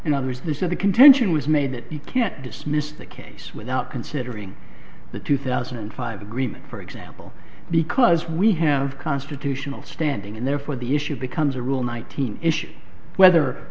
the contention was made that you can't dismiss the case without considering the two thousand and five agreement for example because we have constitutional standing and therefore the issue becomes a rule nineteen issue whether